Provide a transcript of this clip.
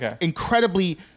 incredibly